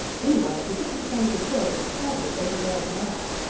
anyway, he didn't carry his head as proudly as he does now.